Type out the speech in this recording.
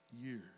years